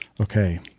okay